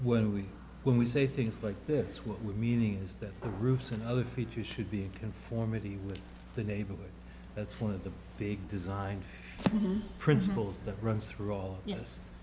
when we when we say things like this what with meaning is that the roofs and other features should be conformity with the neighborhood that's one of the big design principles that runs through all yes